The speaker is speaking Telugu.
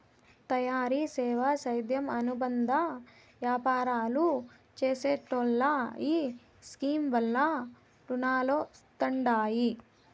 తయారీ, సేవా, సేద్యం అనుబంద యాపారాలు చేసెటోల్లో ఈ స్కీమ్ వల్ల రునాలొస్తండాయి